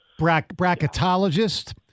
bracketologist